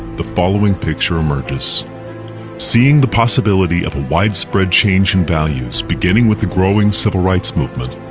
the following picture emerges seeing the possibility of a widespread change in values, beginning with the growing civil rights movement,